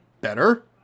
better